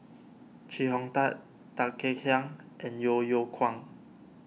Chee Hong Tat Tan Kek Hiang and Yeo Yeow Kwang